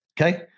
Okay